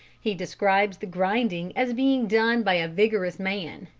he describes the grinding as being done by a vigorous man,